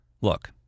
Look